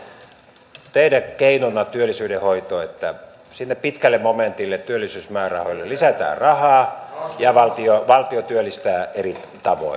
te olette esittämässä teidän keinonanne työllisyyden hoitoon sinne pitkälle momentille työllisyysmäärärahoille että lisätään rahaa ja valtio työllistää eri tavoin